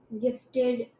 gifted